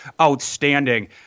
outstanding